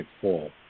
fall